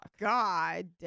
God